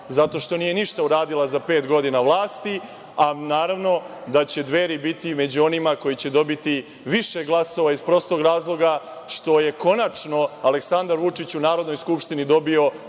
jer nije ništa uradila za pet godina vlasti, a naravno da će Dveri biti među onima koji će dobiti više glasova, iz prostog razloga što je konačno Aleksandar Vučić u Narodnoj skupštini dobio